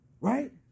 right